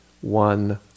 one